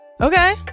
Okay